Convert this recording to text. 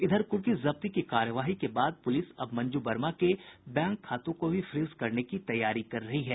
इधर कुर्की जब्ती की कार्यवाही के बाद पुलिस अब मंजू वर्मा के बैंक खातों को भी फ्रीज करने की भी तैयारी कर रही है